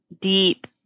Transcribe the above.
Deep